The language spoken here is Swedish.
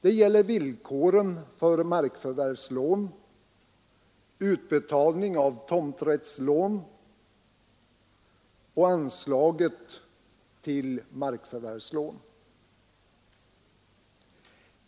Det gäller villkoren för markförvärvslån, utbetalningen av tomträttslån och anslaget till markförvärvslån.